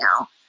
now